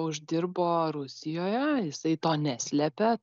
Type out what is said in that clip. uždirbo rusijoje jisai to neslepia